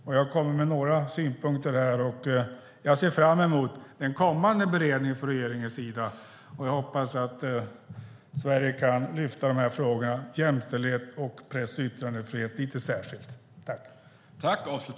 Jag har kommit med några synpunkter, och jag ser fram emot en kommande beredning i regeringen. Jag hoppas att Sverige kan lyfta upp frågor om jämställdhet och press och yttrandefrihet lite särskilt.